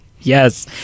yes